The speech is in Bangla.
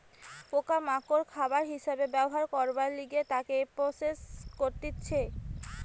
পোকা মাকড় খাবার হিসাবে ব্যবহার করবার লিগে তাকে প্রসেস করতিছে